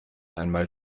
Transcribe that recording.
einmal